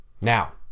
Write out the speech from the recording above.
Now